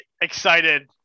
excited